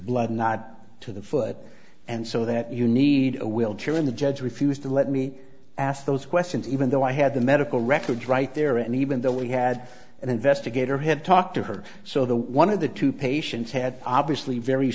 blood not to the foot and so that you need a wheelchair and the judge refused to let me ask those questions even though i had the medical records right there and even though we had an investigator had talked to her so the one of the two patients had obviously very